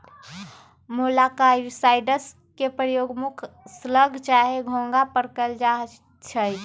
मोलॉक्साइड्स के प्रयोग मुख्य स्लग चाहे घोंघा पर कएल जाइ छइ